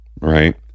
right